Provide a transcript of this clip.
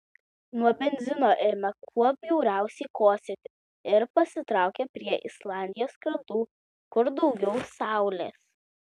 nuo benzino ėmė kuo bjauriausiai kosėti ir pasitraukė prie islandijos krantų kur daugiau saulės